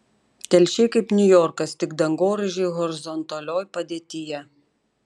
telšiai kaip niujorkas tik dangoraižiai horizontalioj padėtyje